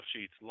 sheets